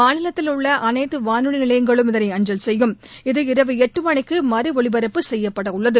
மாநிலத்தில் உள்ள அனைத்து வானொலி நிலையங்களும் இதனை அஞ்சல் செய்யும் இது இரவு எட்டு மணிக்கு மறு ஒலிபரப்பு செய்யப்படவுள்ளது